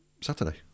Saturday